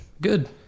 Good